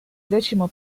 decimo